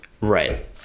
Right